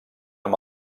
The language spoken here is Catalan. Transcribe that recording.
amb